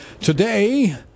Today